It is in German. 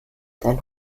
dein